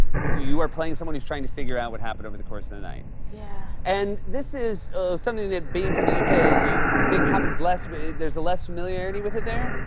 you are playing someone who's trying to figure out what happened over the course of the night? yeah. and this is something that, being from the u k, you think happens less, but there's less familiarity with it there?